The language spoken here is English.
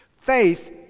Faith